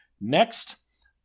Next